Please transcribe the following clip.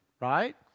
right